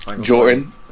Jordan